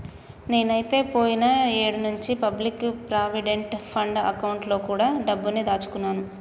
నేనైతే పోయిన ఏడు నుంచే పబ్లిక్ ప్రావిడెంట్ ఫండ్ అకౌంట్ లో కూడా డబ్బుని దాచుకున్నాను